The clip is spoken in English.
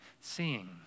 seeing